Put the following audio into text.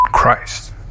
Christ